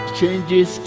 changes